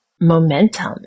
momentum